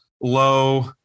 low